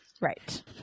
Right